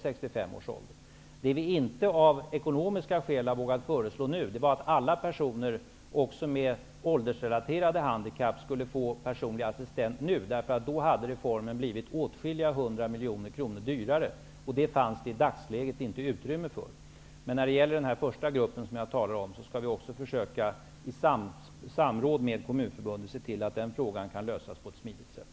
Det vi av ekonomiska skäl inte har vågat föreslå nu är att alla personer, även de med åldersrelaterade handikapp, skall få personlig assistent. Med nämnda förslag hade reformen blivit åtskilliga hundra miljoner kronor dyrare, och det fanns det i dagsläget inte utrymme för. Men när det gäller den första gruppen som jag talat om skall vi i samråd med Kommunförbundet försöka se till att frågan kan lösas på ett smidigt sätt.